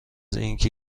اینکه